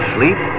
Sleep